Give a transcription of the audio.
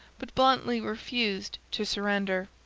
but bluntly refused to surrender.